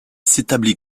s’établit